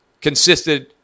consisted